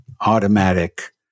automatic